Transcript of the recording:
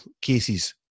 cases